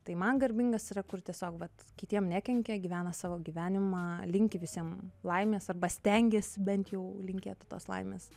tai man garbingas yra kur tiesiog vat kitiem nekenkia gyvena savo gyvenimą linki visiem laimės arba stengiasi bent jau linkėti tos laimės